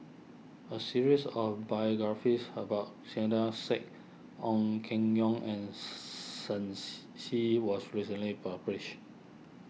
a series of biographies about Saiedah Said Ong Keng Yong and Shen Xi Xi was recently published